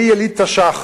אני יליד תש"ח.